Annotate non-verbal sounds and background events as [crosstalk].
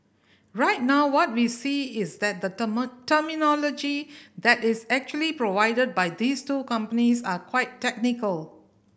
right now what we see is that the [unintelligible] terminology that is actually provided by these two companies are quite technical